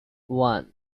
one